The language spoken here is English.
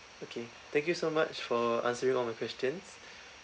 okay thank you so much for answering all my questions